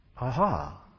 aha